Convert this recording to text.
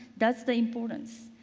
that's the importance.